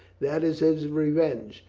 that is his revenge.